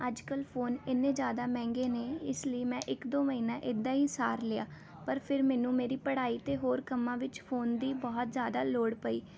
ਅੱਜ ਕੱਲ੍ਹ ਫੋਨ ਐਨੇ ਜ਼ਿਆਦਾ ਮਹਿੰਗੇ ਨੇ ਇਸ ਲਈ ਮੈਂ ਇੱਕ ਦੋ ਮਹੀਨਾ ਇੱਦਾਂ ਹੀ ਸਾਰ ਲਿਆ ਪਰ ਫਿਰ ਮੈਨੂੰ ਮੇਰੀ ਪੜ੍ਹਾਈ ਅਤੇ ਹੋਰ ਕੰਮਾਂ ਵਿੱਚ ਫੋਨ ਦੀ ਬਹੁਤ ਜ਼ਿਆਦਾ ਲੋੜ ਪਈ